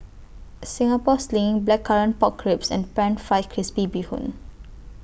Singapore Sling Blackcurrant Pork Ribs and Pan Fried Crispy Bee Hoon